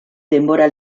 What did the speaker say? denbora